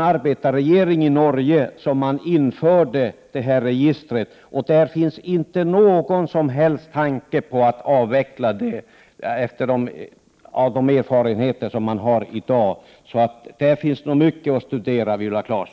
arbetarregering i Norge som införde deras register. Det finns inte någon som helst tanke på att avveckla det efter de erfarenheter de har. Det finns mycket att studera, Viola Claesson.